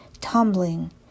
tumbling